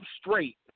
straight